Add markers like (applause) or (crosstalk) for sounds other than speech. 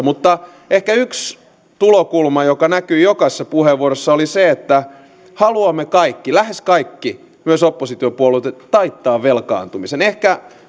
(unintelligible) mutta ehkä yksi tulokulma joka näkyy jokaisessa puheenvuorossa oli se että haluamme kaikki lähes kaikki myös oppositiopuolueet taittaa velkaantumisen ehkä